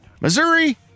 missouri